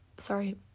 Sorry